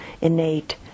innate